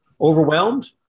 Overwhelmed